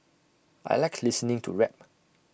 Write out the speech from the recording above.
I Like listening to rap